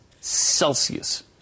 Celsius